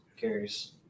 carries